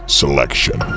selection